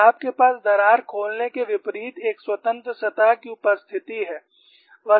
फिर आपके पास दरार खोलने के विपरीत एक स्वतंत्र सतह की उपस्थिति है